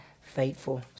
faithful